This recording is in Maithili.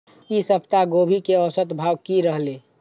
ई सप्ताह गोभी के औसत भाव की रहले?